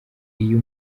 iyo